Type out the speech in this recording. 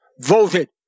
voted